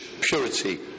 purity